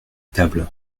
tables